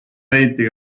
leiti